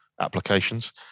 applications